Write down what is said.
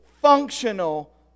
functional